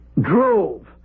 Drove